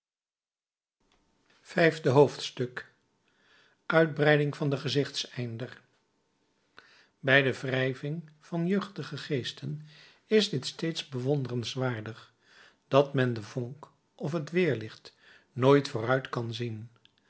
vijfde hoofdstuk uitbreiding van den gezichteinder bij de wrijving van jeugdige geesten is dit steeds bewonderenswaardig dat men de vonk of het weerlicht nooit vooruit kan zien